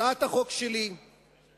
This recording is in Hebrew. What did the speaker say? הצעת החוק שלי מאפשרת